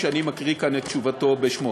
שאני מקריא כאן את תשובתו בשמו.